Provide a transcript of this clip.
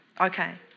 Okay